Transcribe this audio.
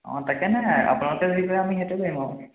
অঁ তাকে নাই আপোনালোকে যি কৰে আমি সেইটোৱে কৰিম আৰু